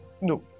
No